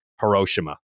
Hiroshima